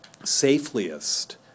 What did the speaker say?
safeliest